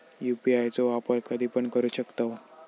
UPI चो वापर कधीपण करू शकतव?